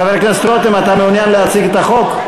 חבר הכנסת רותם, אתה מעוניין להציג את החוק?